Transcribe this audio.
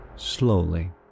slowly